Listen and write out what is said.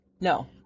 no